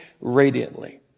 radiantly